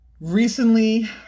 recently